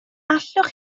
allwch